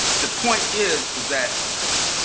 the point is is that